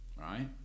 right